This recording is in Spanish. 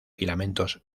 filamentos